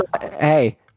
Hey